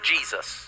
Jesus